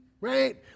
right